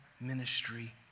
ministry